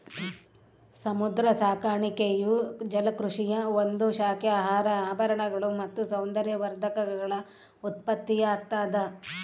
ಸಮುದ್ರ ಸಾಕಾಣಿಕೆಯು ಜಲಕೃಷಿಯ ಒಂದು ಶಾಖೆ ಆಹಾರ ಆಭರಣಗಳು ಮತ್ತು ಸೌಂದರ್ಯವರ್ಧಕಗಳ ಉತ್ಪತ್ತಿಯಾಗ್ತದ